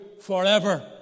forever